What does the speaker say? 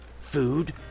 Food